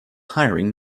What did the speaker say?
hiring